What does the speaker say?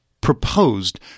proposed